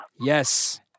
Yes